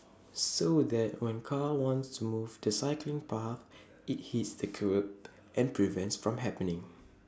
so that when car wants to move to the cycling path IT hits the kerb and prevents from happening